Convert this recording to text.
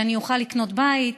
ואני אוכל לקנות בית,